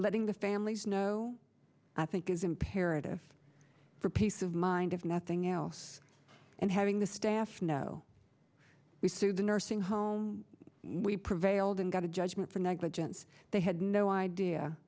letting the families know i think is imperative for peace of mind if nothing else and having the staff know we sued the nursing home we prevailed and got a judgment for negligence they had no idea